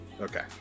Okay